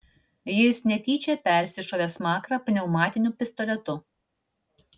jis netyčia persišovė smakrą pneumatiniu pistoletu